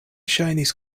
ŝajnis